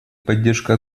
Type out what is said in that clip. поддержка